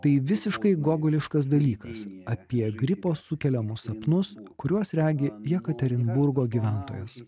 tai visiškai gogoliškas dalykais apie gripo sukeliamus sapnus kuriuos regi jekaterinburgo gyventojas